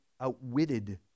outwitted